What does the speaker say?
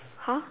!huh!